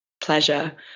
pleasure